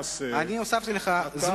אבל אתה הולך לעשות פה מעשה, אני הוספתי לך זמן.